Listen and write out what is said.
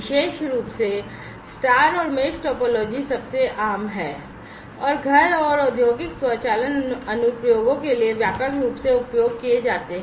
विशेष रूप से स्टार और मेष टोपोलॉजी सबसे आम हैं और घर और औद्योगिक स्वचालन अनुप्रयोगों के लिए व्यापक रूप से उपयोग किए जाते हैं